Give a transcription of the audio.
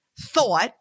thought